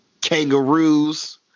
kangaroos